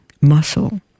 muscle